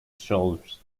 shoulders